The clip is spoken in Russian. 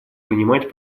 понимать